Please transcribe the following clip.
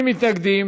מי נגד?